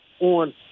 on